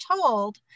told